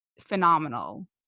phenomenal